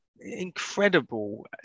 incredible